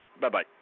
Bye-bye